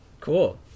Cool